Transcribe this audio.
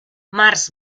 març